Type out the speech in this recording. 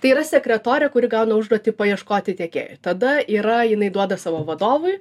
tai yra sekretorė kuri gauna užduotį paieškoti tiekėjų tada yra jinai duoda savo vadovui